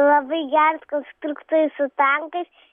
labai geras konstruktorius su tankais